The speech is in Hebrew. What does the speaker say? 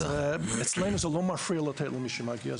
אצלנו זה לא מפריע לתת למי שמגיע.